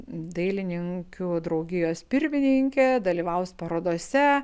dailininkių draugijos pirmininkė dalyvaus parodose